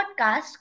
podcast